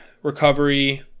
recovery